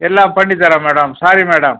எல்லாம் பண்ணித்தரன் madam sorry madam